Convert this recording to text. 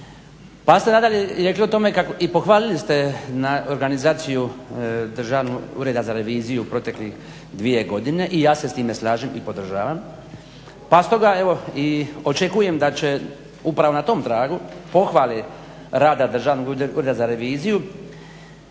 Pa ste nadalje rekli i o tome i pohvalili ste na organizaciju Državnog ureda za reviziju proteklih dvije godine i ja se s time slažem i podržavam pa stoga evo i očekujem da će upravo na tom tragu pohvale rada Državnog ureda za reviziju